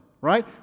right